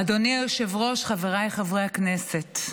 אדוני היושב-ראש, חבריי חברי הכנסת,